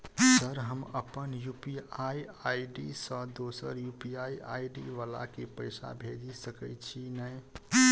Sir हम अप्पन UPI ID सँ दोसर यु.पी.आई आई.डी वला केँ पैसा भेजि सकै छी नै?